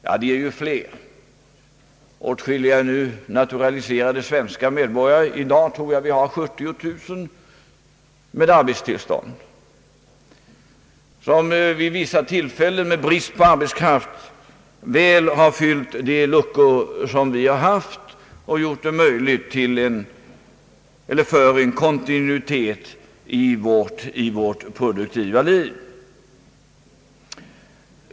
Ja, det är ju åtskiligt flera, ty många är nu naturaliserade svenska medborgare, men jag tror att vi i dag har 70 000 med arbetstillstånd, vilka vid vissa tillfällen med brist på arbetskraft väl har fyllt de luckor som vi haft och möjliggjort en kontinuitet i vårt produktiva liv.